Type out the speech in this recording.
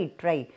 try